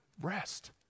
rest